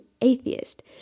atheist